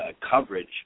Coverage